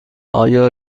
آیا